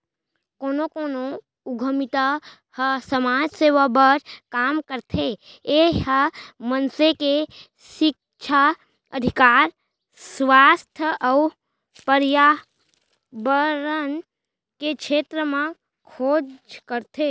कोनो कोनो उद्यमिता ह समाज सेवा बर काम करथे ए ह मनसे के सिक्छा, अधिकार, सुवास्थ अउ परयाबरन के छेत्र म खोज करथे